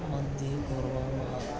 मध्ये कुर्मः